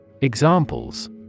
Examples